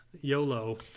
YOLO